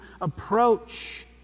approach